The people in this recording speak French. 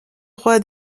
roi